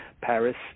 Paris